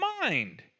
mind